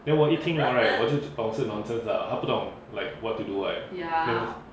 then 我一听了 right 我就懂是 nonsense lah 她不懂 what to do what cause